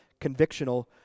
convictional